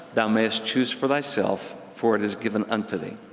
thou mayest choose for thyself, for it is given unto thee.